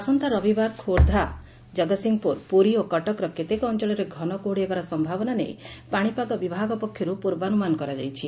ଆସନ୍ତା ରବିବାର ଖୋର୍ବ୍ଧା ଜଗତସିଂହପୁର ପୁରୀ ଓ କଟକର କେତେକ ଅଞ୍ଚଳରେ ଘନ କୁହୁଡ଼ି ହେବାର ସମ୍ଭାବନା ନେଇ ଆଞ୍ଚଳିକ ପାଶିପାଗ ବିଭାଗ ପକ୍ଷର୍ଠ ଅନୁମାନ କରାଯାଇଛି